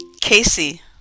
Casey